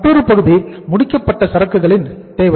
மற்றொரு பகுதி முடிக்கப்பட்ட சரக்குகளின் தேவை